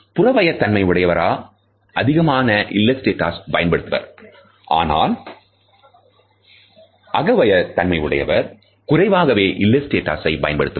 புறவய தன்மை உடையவரா அதிகமாக இல்லஸ்டேட்டஸ் பயன்படுத்துவர் ஆனால்அகவய உடையவரா குறைவாகவே இல்லஸ்டேட்டஸ் பயன்படுத்துவர்